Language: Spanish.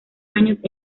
años